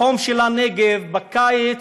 בחום של הנגב, בקיץ,